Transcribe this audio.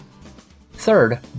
Third